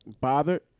bothered